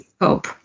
hope